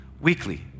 weekly